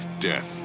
death